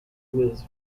was